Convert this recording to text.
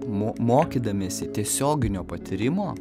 mo mokydamiesi tiesioginio patyrimo